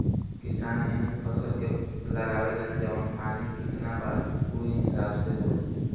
किसान एहींग फसल ही लगावेलन जवन पानी कितना बा उहे हिसाब से होला